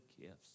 gifts